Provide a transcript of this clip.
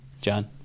John